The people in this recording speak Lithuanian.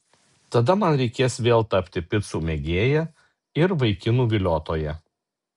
tada man reikės vėl tapti picų mėgėja ir vaikinų viliotoja